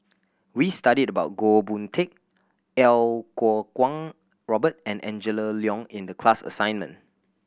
we studied about Goh Boon Teck Iau Kuo Kwong Robert and Angela Liong in the class assignment